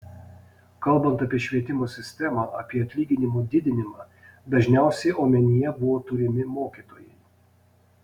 kalbant apie švietimo sistemą apie atlyginimų didinimą dažniausiai omenyje buvo turimi mokytojai